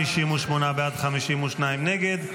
58 בעד, 52 נגד.